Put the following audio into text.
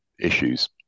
issues